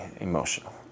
emotional